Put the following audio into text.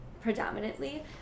predominantly